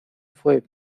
fue